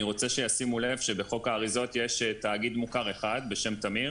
אני רוצה שישימו לב שבחוק האריזות יש תאגיד מוכר אחד בשם תמיר.